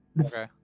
okay